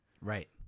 Right